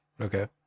Okay